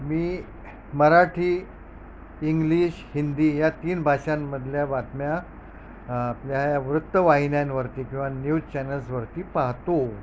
मी Marathi English Hindi या तीन भाषांमधल्या बातम्या आपल्या या वृत्तवाहिन्यांवरती किंवा न्यूज चॅनल्सवरती पाहतो